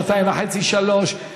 שנתיים וחצי-שלוש.